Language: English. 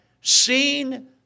seen